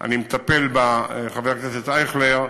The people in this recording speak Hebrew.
אני מטפל בה, חבר הכנסת אייכלר,